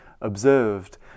observed